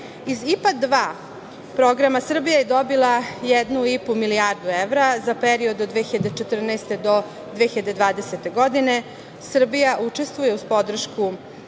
Iz IPA dva programa Srbija je dobila 1,5 milijardu evra za periodu od 2014. do 2020. godine. Srbija učestvuje uz podršku